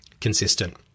consistent